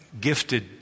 gifted